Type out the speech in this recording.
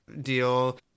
deal